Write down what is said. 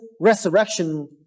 resurrection